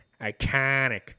iconic